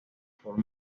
por